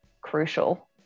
crucial